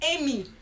Amy